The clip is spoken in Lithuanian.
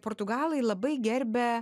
portugalai labai gerbia